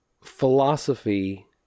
philosophy